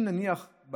נניח,